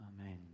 amen